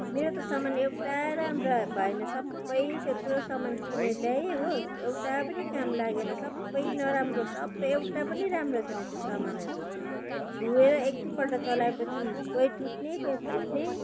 मेरो त सामान एउटा राम्रो भएन सबै त्यत्रो सामान किनेर ल्याएँ हो एउटा पनि काम लागेन सबै नराम्रो सबै एउटा पनि राम्रो छैन त्यो सामानहरू छुएर एक दुईपल्ट चलाएपछि कोही टुट्ने कोही फुट्ने